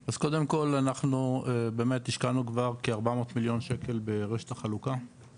אז קודם כל אנחנו באמת השקענו כבר כ- 400 מיליון שקל ברשת החלוקה,